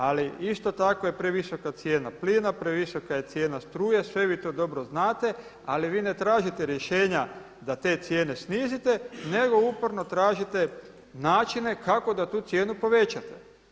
Ali isto tako je previsoka cijena plina, previsoka je cijena struje, sve vi to dobro znate ali vi ne tražite rješenja da te cijene snizite nego uporno tražite načine kako da tu cijenu povećate.